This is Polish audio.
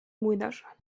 młynarza